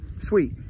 sweet